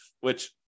Which-